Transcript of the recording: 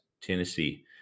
Tennessee